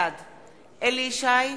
בעד אליהו ישי,